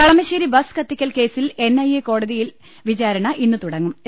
Kalamassery bus കത്തിക്കൽ കേസിൽ NIA കോട തിയിൽ വിചാരണ ഇന്ന് തുട്ടങ്ങും്